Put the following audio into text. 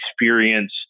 experience